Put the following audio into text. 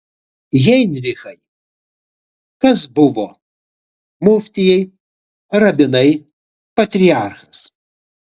heinrichai kas buvo muftijai rabinai patriarchas